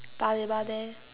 Paya-Lebar there